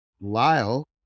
lyle